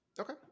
Okay